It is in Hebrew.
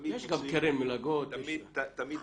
תמיד מוצאים.